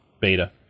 beta